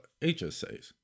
HSAs